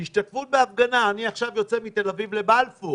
השתתפות בהפגנה אני עכשיו יוצא מתל אביב לבלפור,